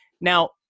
Now